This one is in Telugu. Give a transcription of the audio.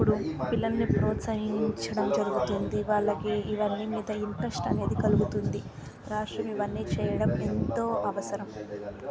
అప్పుడు పిల్లల్ని ప్రోత్సహించడం జరుగుతుంది వాళ్ళకి ఇవన్నీటిమీద ఇంట్రెస్ట్ అనేది కలుగుతుంది రాష్ట్రం ఇవన్నీ చేయడం ఎంతో అవసరం